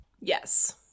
Yes